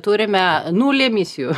turime nulį emisijų